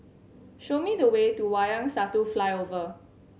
show me the way to Wayang Satu Flyover